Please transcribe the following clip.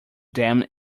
dam